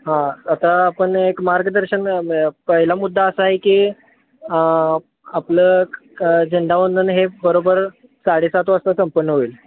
हां आता आपण एक मार्गदर्शन पहिला मुद्दा असा आहे की आपलं झेंडावंदन हे बरोबर साडेसात वाजता संपन्न होईल